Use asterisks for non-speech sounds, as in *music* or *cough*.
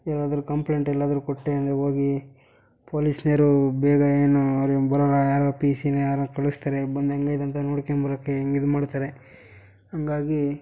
ಏನಾದರೂ ಕಂಪ್ಲೇಂಟ್ ಎಲ್ಲಾದರೂ ಕೊಟ್ಟೆ ಅಂದರೆ ಹೋಗಿ ಪೋಲೀಸ್ನವ್ರು ಬೇಗ ಏನು ಅವರು ಬರಲ್ಲ ಯಾರೊ ಪಿ ಸಿನ ಯಾರನ್ನೋ ಕಳಿಸ್ತಾರೆ *unintelligible* ನೋಡ್ಕೊಂಡು ಬರೋಕೆ ಹಿಂಗಿದು ಮಾಡ್ತಾರೆ ಹಾಗಾಗಿ